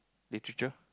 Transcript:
Literature